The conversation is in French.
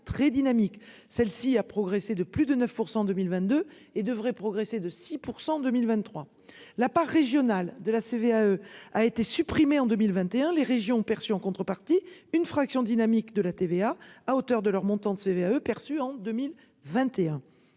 très dynamique. Celle-ci a progressé de plus de 902.022 et devraient progresser de 6% en 2023, la part régionale de la CVAE a été supprimé en 2021, les régions perçu en contrepartie une fraction dynamique de la TVA à hauteur de leur montant de CVAE perçue en 2021